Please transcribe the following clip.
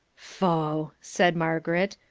pho, said margaret.